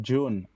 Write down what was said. June